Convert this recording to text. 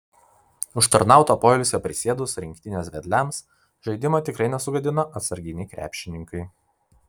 užtarnauto poilsio prisėdus rinktinės vedliams žaidimo tikrai nesugadino atsarginiai krepšininkai